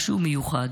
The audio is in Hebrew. משהו מיוחד.